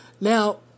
Now